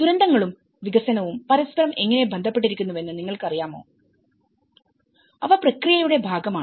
ദുരന്തങ്ങളും വികസനവും പരസ്പരം എങ്ങനെ ബന്ധപ്പെട്ടിരിക്കുന്നുവെന്ന് നിങ്ങൾക്കറിയാമോ അവ പ്രക്രിയയുടെ ഭാഗമാണ്